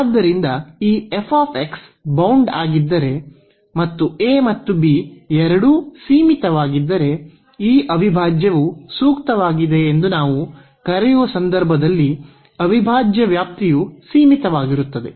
ಆದ್ದರಿಂದ ಈ ಬೌಂಡ್ ಆಗಿದ್ದರೆ ಮತ್ತು a ಮತ್ತು b ಎರಡೂ ಸೀಮಿತವಾಗಿದ್ದರೆ ಈ ಅವಿಭಾಜ್ಯವು ಸೂಕ್ತವಾಗಿದೆ ಎಂದು ನಾವು ಕರೆಯುವ ಸಂದರ್ಭದಲ್ಲಿ ಅವಿಭಾಜ್ಯ ವ್ಯಾಪ್ತಿಯು ಸೀಮಿತವಾಗಿರುತ್ತದೆ